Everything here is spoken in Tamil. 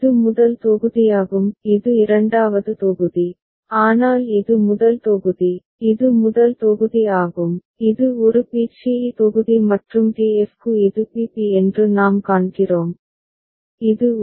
இது முதல் தொகுதியாகும் இது இரண்டாவது தொகுதி ஆனால் இது முதல் தொகுதி இது முதல் தொகுதி ஆகும் இது ஒரு பி சி இ தொகுதி மற்றும் டி எஃப் க்கு இது பி பி என்று நாம் காண்கிறோம் இது ஒரு